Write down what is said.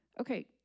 Okay